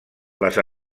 les